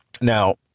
Now